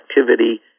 activity